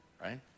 right